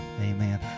amen